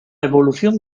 evolución